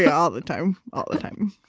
yeah all the time, all the time.